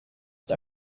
het